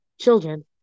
children